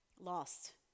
lost